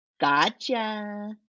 Gotcha